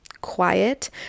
quiet